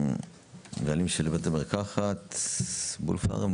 הבעלים של בית המרחקת בול פארם.